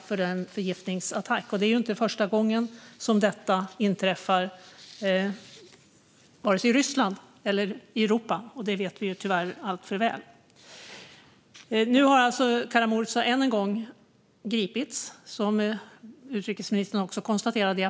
Vi vet alltför väl att det inte är första gången som detta har inträffat i Ryssland eller Europa. Kara-Murza greps än en gång, i april, som utrikesministern också konstaterade.